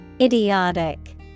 Idiotic